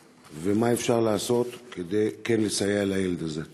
3. מה אפשר לעשות כדי לסייע לילד הזה?